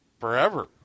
forever